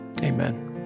Amen